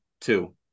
two